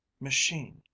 machine